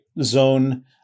zone